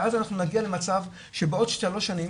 ואז אנחנו נגיע למצב שבעוד שלוש שנים